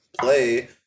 play